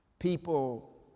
people